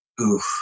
Oof